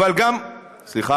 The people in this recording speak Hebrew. למה זה לא קורה, אדוני השר?